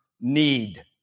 need